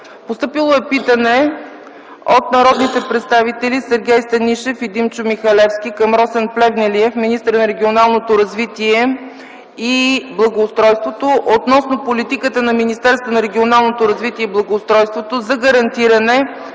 ноември 2010 г; – от народните представители Сергей Станишев и Димчо Михалевски към Росен Плевнелиев - министър на регионалното развитие и благоустройството, относно политиката на Министерството